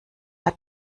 hat